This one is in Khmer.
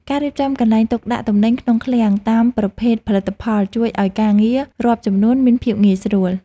ការរៀបចំកន្លែងទុកដាក់ទំនិញក្នុងឃ្លាំងតាមប្រភេទផលិតផលជួយឱ្យការងាររាប់ចំនួនមានភាពងាយស្រួល។